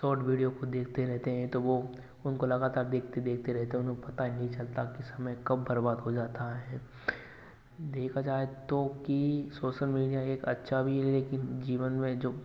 short video को देखते रहते हैं तो वो उनको लगातार देखते देखते रहते हैं उनको पता ही नहीं चलता है कि समय कब बर्बाद हो जाता है देखा जाए तो की सोशल मीडिया एक अच्छा भी है लेकिन जीवन में जो